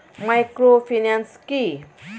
Microfinance কি?